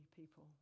people